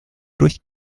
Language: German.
durch